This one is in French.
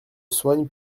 soigne